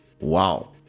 Wow